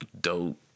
dope